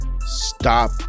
Stop